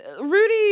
Rudy